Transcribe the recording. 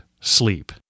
sleep